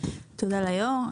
תודה ליושב-ראש.